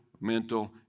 mental